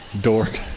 Dork